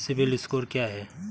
CIBIL score क्या है?